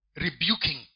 rebuking